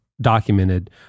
documented